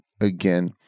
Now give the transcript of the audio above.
again